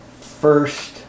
first